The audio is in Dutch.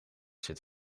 zit